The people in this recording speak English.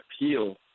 appeal